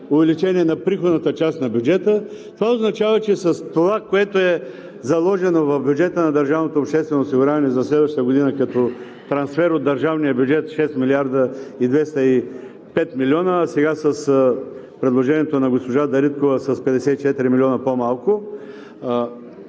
увеличение на приходната част на бюджета, това означава, че с това, което е заложено в бюджета на държавното обществено осигуряване за следващата година като трансфер от държавния бюджет 6 млрд. 205 милиона, сега с предложението на госпожа Дариткова с 54 милиона по-малко,